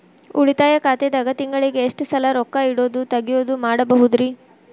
ಉಳಿತಾಯ ಖಾತೆದಾಗ ತಿಂಗಳಿಗೆ ಎಷ್ಟ ಸಲ ರೊಕ್ಕ ಇಡೋದು, ತಗ್ಯೊದು ಮಾಡಬಹುದ್ರಿ?